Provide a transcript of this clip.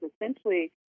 essentially